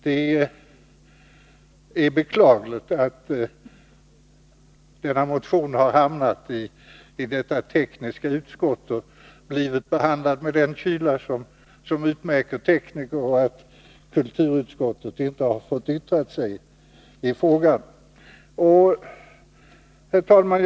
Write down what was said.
Det är beklagligt att den här motionen har hamnat i detta tekniska utskott och blivit behandlad med den kyla som utmärker tekniker och att inte kulturutskottet har fått yttra sig i frågan. Herr talman!